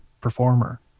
performer